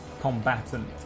combatant